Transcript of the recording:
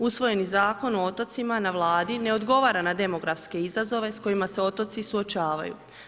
Usvojen zakon o otocima na vladi ne odgovara na demografske izazove s kojima se otoci suočavaju.